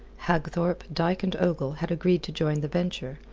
hagthorpe, dyke, and ogle had agreed to join the venture,